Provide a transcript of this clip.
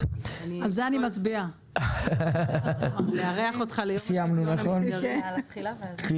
מילה אחת מצד הייעוץ המשפטי לגבי התחילה.